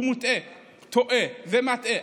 הוא טועה ומטעה.